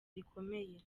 rikomeye